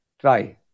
try